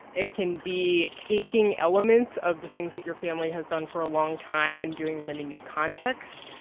it can be taking elements of the things that your family has done for a long time and doing them in a new context.